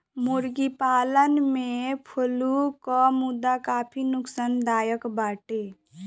मुर्गी पालन में फ्लू कअ मुद्दा काफी नोकसानदायक बाटे